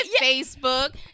facebook